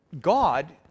God